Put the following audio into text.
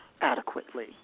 adequately